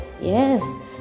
Yes